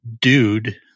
dude